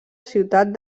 ciutat